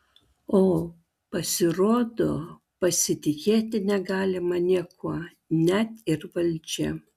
o pasirodo pasitikėti negalima niekuo net ir valdžia